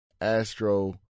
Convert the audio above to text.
Astro